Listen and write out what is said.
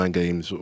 games